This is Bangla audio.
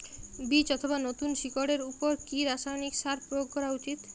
বীজ অথবা নতুন শিকড় এর উপর কি রাসায়ানিক সার প্রয়োগ করা উচিৎ?